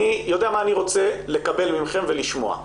אני יודע מה אני רוצה לקבל מכם ולשמוע.